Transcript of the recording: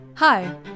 Hi